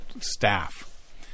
staff